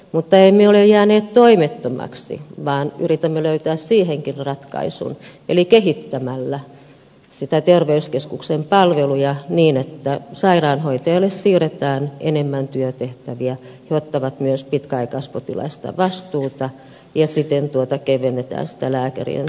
mutta emme ole jääneet toimettomiksi vaan yritämme löytää siihenkin ratkaisun eli kehittämällä niitä terveyskeskuksen palveluja niin että sairaanhoitajille siirretään enemmän työtehtäviä he ottavat myös pitkäaikaispotilaista vastuuta ja siten kevennetään sitä lääkärien työtaakkaa